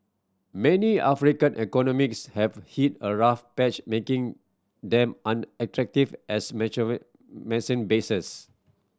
many African economics have hit a rough patch making them unattractive as bases